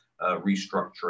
restructuring